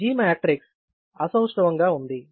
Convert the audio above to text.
G matrix అసౌష్ఠవం గా ఉంది